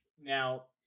Now